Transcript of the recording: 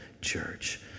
church